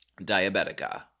diabetica